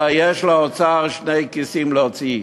אלא יש לאוצר שני כיסים להוציא: